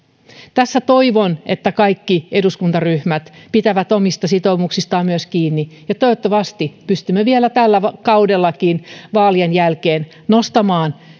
tässä toivon että kaikki eduskuntaryhmät pitävät omista sitoumuksistaan kiinni ja toivottavasti pystymme vielä tällä kaudellakin vaalien jälkeen nostamaan